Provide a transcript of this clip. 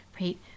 right